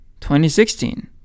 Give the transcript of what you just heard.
2016